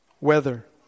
Weather